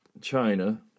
China